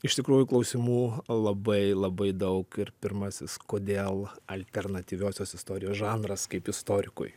iš tikrųjų klausimų labai labai daug ir pirmasis kodėl alternatyviosios istorijos žanras kaip istorikui